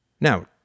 Now